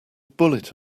bullet